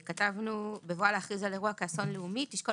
שכתבנו: בבואה להכריז על אירוע כאסון לאומי - תשקול